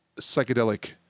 psychedelic